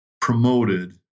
promoted